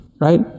right